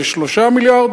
זה 3 מיליארד.